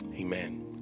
Amen